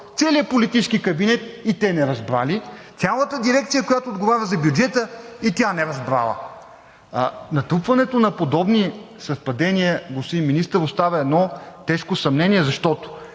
целият политически кабинет – и те не разбрали, цялата дирекция, която отговаря за бюджета – и тя не разбрала!? Натрупването на подобни съвпадения, господин министър, остава едно тежко съмнение, защото